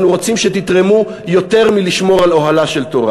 רוצים שתתרמו יותר מלשמור על אוהלה של תורה.